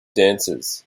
dances